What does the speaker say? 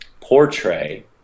portray